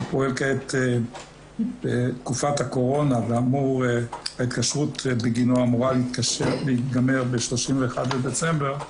שפועל כעת בתקופת הקורונה וההתקשרות בגינו אמורה להיגמר ב- 31.12,